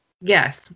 Yes